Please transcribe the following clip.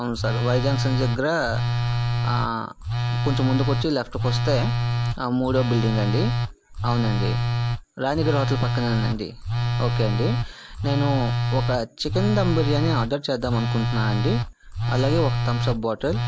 అవును sir Y junction దగ్గర కొంచెం ముందుకు వచ్చి లెఫ్ట్కి వస్తే ఆ మూడో బిల్డింగ్ అండి అవును అండి రాణిగారి హోటల్ పక్కనే అండి ఓకే అండి నేను ఒక చికెన్ దమ్ బిర్యానీ ఆర్డర్ చేద్దాం అనుకుంటాను అండి అలాగే ఒక థమ్స్ అప్ బాటిల్